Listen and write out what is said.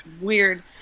weird